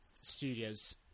studios